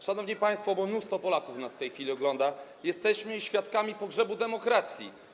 Szanowni państwo - bo mnóstwo Polaków nas w tej chwili ogląda - jesteśmy świadkami pogrzebu demokracji.